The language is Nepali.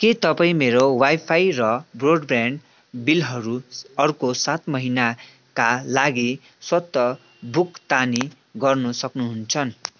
के तपाईँ मेरो वाइफाई र ब्रोड ब्यान्ड बिलहरू अर्को सात महिनाका लागि स्वतः भुक्तानी गर्न सक्नु हुन्छ